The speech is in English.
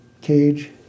cage